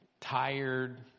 tired